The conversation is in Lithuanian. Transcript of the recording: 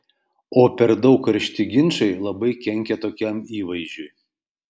o per daug karšti ginčai labai kenkia tokiam įvaizdžiui